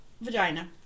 vagina